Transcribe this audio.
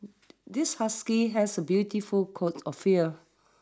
this husky has a beautiful coat of fear